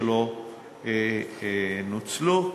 שלא נוצלו.